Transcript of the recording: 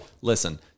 listen